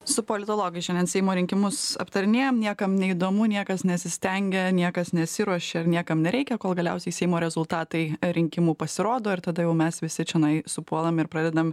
su politologais šiandien seimo rinkimus aptarinėjam niekam neįdomu niekas nesistengia niekas nesiruošia niekam nereikia kol galiausiai seimo rezultatai rinkimų pasirodo ir tada jau mes visi čionai supuolam ir pradedam